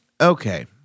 Okay